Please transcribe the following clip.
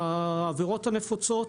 העבירות הנפוצות,